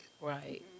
Right